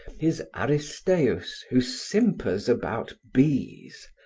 his aristaeus who simpers about bees,